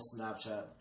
Snapchat